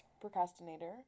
procrastinator